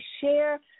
share